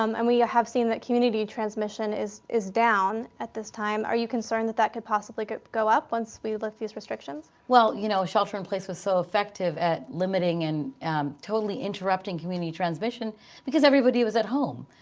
um and we have seen that community transmission is is down at this time. are you concerned that that could possibly go up once we lift these restrictions? well, you know shelter in place was so effective at limiting and totally interrupting community transmission because everybody was at home.